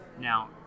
Now